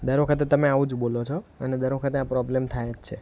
દર વખતે તમે આવું જ બોલો છો અને દર વખતે આ પ્રોબ્લેમ થાય જ છે